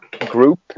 group